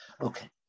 Okay